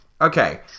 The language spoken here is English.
Okay